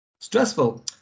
Stressful